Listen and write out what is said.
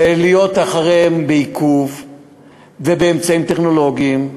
וצריך לעקוב אחריהם, ובאמצעים טכנולוגיים,